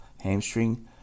hamstring